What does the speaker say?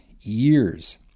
years